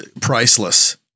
priceless